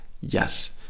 yes